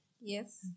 Yes